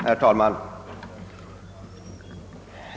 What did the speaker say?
Herr talman!